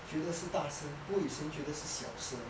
觉得是大声不过有些人觉得是小声